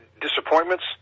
Disappointments